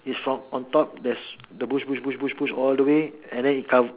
is from on top there's the bush bush bush bush bush all the way and then it come